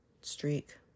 streak